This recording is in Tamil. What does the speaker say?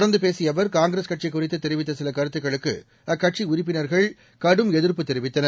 தொடர்ந்து பேசிய அவர் காங்கிரஸ் கட்சி குறித்து தெரிவித்த சில கருத்துக்களுக்கு அக்கட்சி உறுப்பினர்கள் கடும் எதிர்ப்பு தெரிவித்தனர்